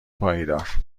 پایدار